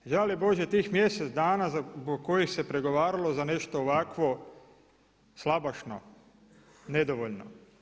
Žali bože tih mjesec dana zbog kojih se pregovaralo za nešto ovakvo slabašno, nedovoljno.